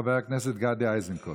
חבר הכנסת גדי איזנקוט.